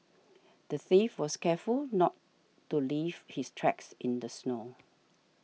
the thief was careful not to leave his tracks in the snow